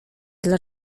dla